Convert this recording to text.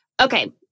Okay